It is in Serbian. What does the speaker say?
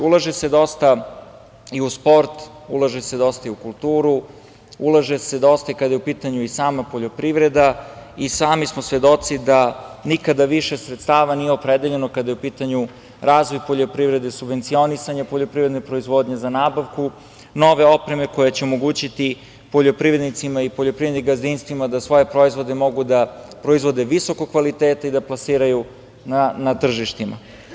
Ulaže se dosta i u sport, ulaže se dosta i u kulturu, ulaže se dosta i kada je u pitanju i sama poljoprivreda i sami smo svedoci da nikada više sredstava nije opredeljeno kada je u pitanju razvoj poljoprivrede, subvencionisanje poljoprivredne proizvodnje, za nabavku nove opreme koja će omogućiti poljoprivrednicima i poljoprivrednim gazdinstvima da svoje proizvode mogu da proizvode visokog kvaliteta i da plasiraju na tržištima.